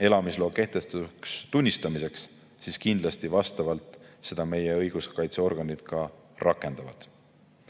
elamisloa kehtetuks tunnistamiseks, siis kindlasti seda meie õiguskaitseorganid ka rakendavad.